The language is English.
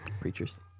preachers